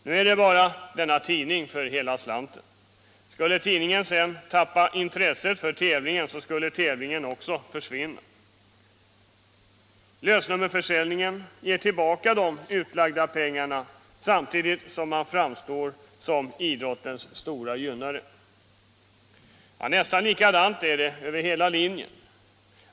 Nu är det bara denna tidning för hela slanten. Om tidningen sedan tappade intresset för loppet, skulle också det försvinna. Lösnummerförsäljningen ger tillbaka de utlagda pengarna samtidigt som tidningen framstår som idrottens stora gynnare. Nästan likadant är det över hela linjen.